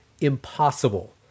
impossible